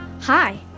Hi